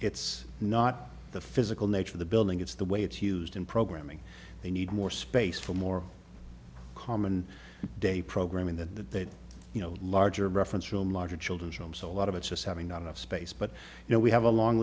it's not the physical nature of the building it's the way it's used in programming they need more space for more common day programming that you know larger reference room larger children's room so a lot of it's just having not enough space but you know we have a long